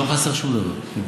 לא חסר שום דבר.